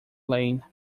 lane